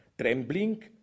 Trembling